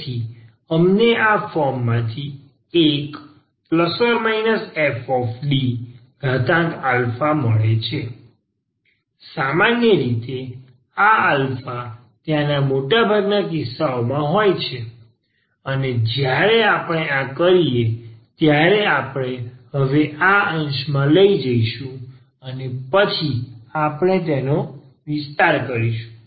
તેથી અમને આ ફોર્મમાંથી 1±FD મળે છે સામાન્ય રીતે આ આલ્ફા ત્યાંના મોટાભાગના કિસ્સાઓમાં હોય છે અને જ્યારે આપણે આ કરીએ ત્યારે આપણે હવે આ અંશમાં લઈ જઈશું અને પછી આપણે તેનો વિસ્તાર કરીશું